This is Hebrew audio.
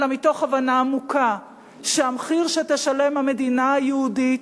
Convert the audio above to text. אלא מתוך הבנה עמוקה שהמחיר שתשלם המדינה היהודית,